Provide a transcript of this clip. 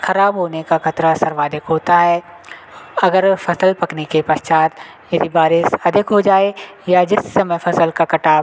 ख़राब होने का ख़तरा सर्वाधिक होता है अगर फसल पकने के पश्चात यदि बारिश अधिक हो जाए या जिस समय फसल का कटाव